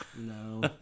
No